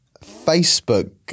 Facebook